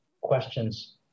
questions